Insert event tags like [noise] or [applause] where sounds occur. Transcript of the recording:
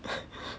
[laughs]